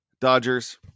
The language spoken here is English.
Dodgers